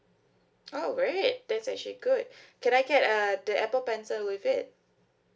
oh great that's actually good can I get uh the Apple pencil with it